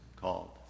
called